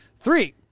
Three